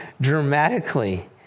dramatically